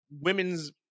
women's